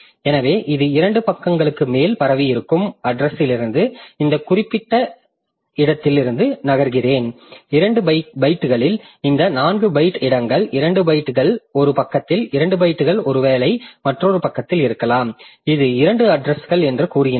எனவே இது 2 பக்கங்களுக்கு மேல் பரவியிருக்கும் அட்ரஸ்லிருந்து இந்த குறிப்பிட்ட இடத்திலிருந்து நகர்கிறேன் 2 பைட்டுகளில் இந்த 4 பைட் இடங்கள் 2 பைட்டுகள் ஒரு பக்கத்தில் 2 பைட்டுகள் ஒருவேளை மற்றொரு பக்கத்தில் இருக்கலாம் இது 2 அட்ரஸ்கள் என்று கூறுகின்றன